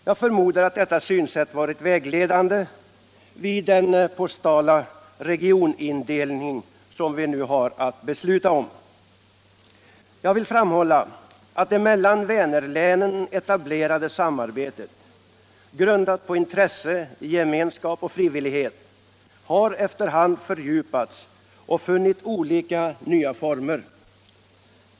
Jag förmodar att detta synsätt varit vägledande vid upprättande av det förslag till postal regionindelning som vi nu har att besluta om. Jag vill framhålla att det mellan Vänerlänen etablerade samarbetet — grundat på intressegemenskap =. och frivillighet — efter hand har fördjupats och funnit olika nya former.